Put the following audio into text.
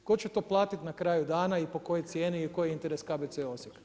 Tko će to platit na kraju dana i po kojoj cijeni i koji je interes KBC-a Osijek?